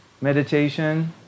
meditation